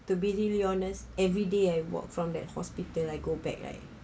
to be really honest everyday I walk from that hospital I go back like